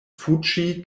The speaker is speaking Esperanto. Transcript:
fuĝi